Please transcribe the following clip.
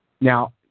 Now